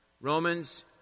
Romans